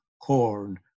corn